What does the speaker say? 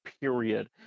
period